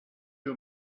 two